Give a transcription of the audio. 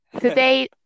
Today